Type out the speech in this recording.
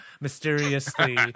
mysteriously